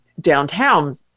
downtown